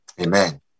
Amen